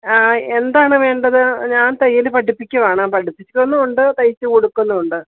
ആ എന്താണ് വേണ്ടത് ഞാൻ തയ്യൽ പഠിപ്പിക്കുവാണ് പഠിപ്പിക്കുന്നുമുണ്ട് തയ്ച്ച് കൊടുക്കുന്നുമുണ്ട്